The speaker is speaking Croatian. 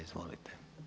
Izvolite.